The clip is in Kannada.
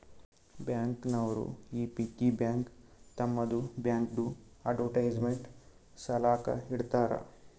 ಬ್ಯಾಂಕ್ ನವರು ಈ ಪಿಗ್ಗಿ ಬ್ಯಾಂಕ್ ತಮ್ಮದು ಬ್ಯಾಂಕ್ದು ಅಡ್ವರ್ಟೈಸ್ಮೆಂಟ್ ಸಲಾಕ ಇಡ್ತಾರ